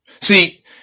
See